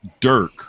Dirk